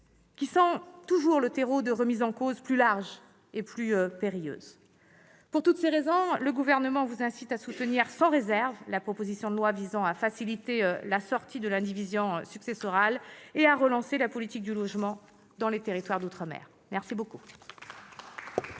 sont le terreau de remises en cause plus larges et plus périlleuses. Pour toutes ces raisons, le Gouvernement vous incite à soutenir sans réserve la proposition de loi visant à faciliter la sortie de l'indivision successorale et à relancer la politique du logement en outre-mer. La parole